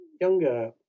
younger